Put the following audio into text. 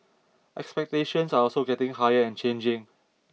expectations are also getting higher and changing